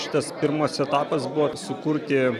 šitas pirmas etapas buvo sukurti